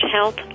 health